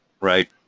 right